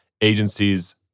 agencies